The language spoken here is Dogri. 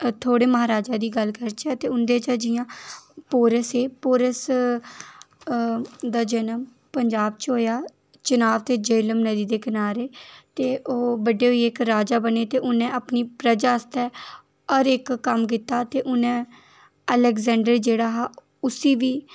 थुआढ़े महाराजा दी गल्ल करचै ते उन्दे च जि'यां पोरस दा जन्म पजांब च होएआ चनाब ते झेलम नदी दे कनारै ते ओह् बड़े होइयै इक राजा बनें ते अपनी प्रजा आस्तै हर इक कम्म कीता ते उ'नें अलएगजेंड़र जेह्ड़ा हा उसी बी